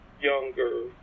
younger